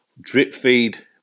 drip-feed